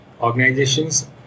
organizations